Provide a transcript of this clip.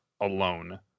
alone